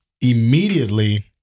immediately